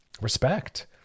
respect